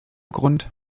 grund